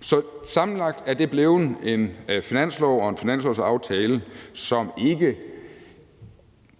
Så sammenlagt er det blevet en finanslov og en finanslovsaftale, som ikke